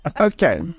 Okay